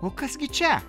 o kas gi čia